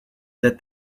that